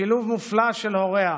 שילוב מופלא של הוריה,